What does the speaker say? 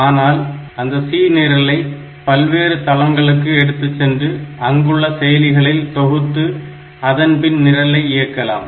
ஆனால் அந்த C நிரலை பல்வேறு தளங்களுக்கு எடுத்துச்சென்று அங்குள்ள செயலிகளில் தொகுத்து அதன்பின் நிரலை இயக்கலாம்